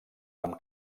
amb